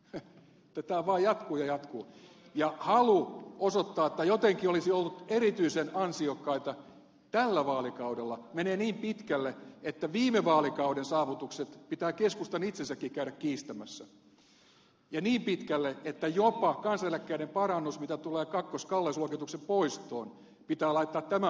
tätä vaan jatkuu ja jatkuu ja halu osoittaa että jotenkin olisi oltu erityisen ansiokkaita tällä vaalikaudella menee niin pitkälle että viime vaalikauden saavutukset pitää keskustan itsensäkin käydä kiistämässä ja niin pitkälle että jopa kansaneläkkeiden parannus mitä tulee kakkoskalleusluokituksen poistoon pitää laittaa tämän hallituksen piikkiin ja niihin miljooniin